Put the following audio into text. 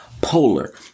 Polar